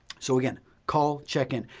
so again, call, check in.